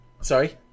sorry